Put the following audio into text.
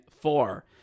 four